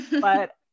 but-